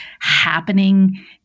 happening